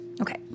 Okay